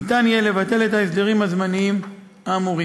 ניתן יהיה לבטל את ההסדרים הזמניים האמורים.